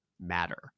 matter